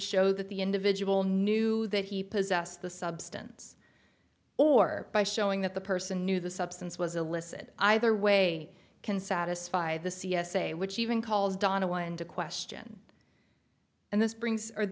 show that the individual knew that he possessed the substance or by showing that the person knew the substance was illicit either way can satisfy the c s a which even calls donna one into question and this brings